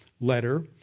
letter